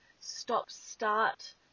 stop-start